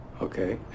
Okay